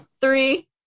three